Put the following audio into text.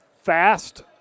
fast